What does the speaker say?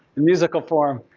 musical form.